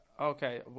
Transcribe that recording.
okay